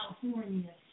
California